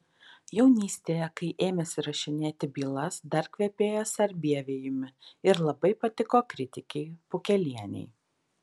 jaunystėje kai ėmėsi rašinėti bylas dar kvepėjo sarbievijumi ir labai patiko kritikei pukelienei